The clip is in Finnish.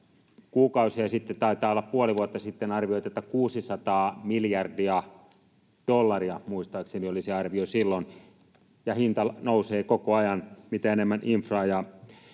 kuukausia sitten, taitaa olla puoli vuotta sitten, on arvioitu, että 600 miljardia dollaria. Muistaakseni se oli se arvio silloin, ja hinta nousee koko ajan, mitä enemmän infraa